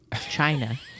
China